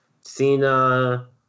Cena